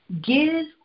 give